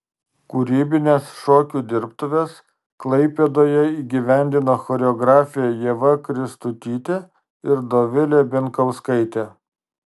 kūrybines šokio dirbtuves klaipėdoje įgyvendino choreografė ieva kristutytė ir dovilė binkauskaitė